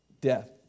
death